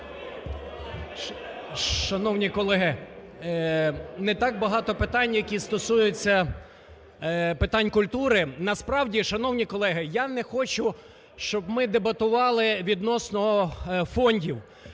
Шановні колеги, не так багато питань, які стосуються питань культури. Насправді, шановні колеги, я не хочу, щоб ми дебатували відносно фондів.